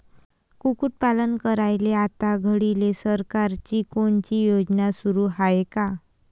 कुक्कुटपालन करायले आता घडीले सरकारची कोनची योजना सुरू हाये का?